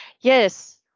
Yes